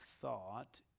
thought